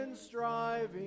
striving